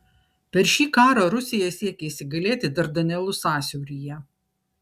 per šį karą rusija siekė įsigalėti dardanelų sąsiauryje